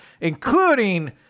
including